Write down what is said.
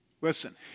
Listen